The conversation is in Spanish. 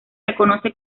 reconoce